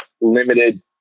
limited